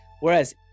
Whereas